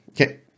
Okay